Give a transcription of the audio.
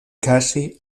casi